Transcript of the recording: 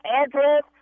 address